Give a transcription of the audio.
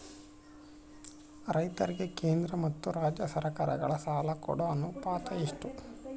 ರೈತರಿಗೆ ಕೇಂದ್ರ ಮತ್ತು ರಾಜ್ಯ ಸರಕಾರಗಳ ಸಾಲ ಕೊಡೋ ಅನುಪಾತ ಎಷ್ಟು?